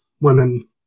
women